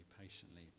patiently